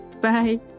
Bye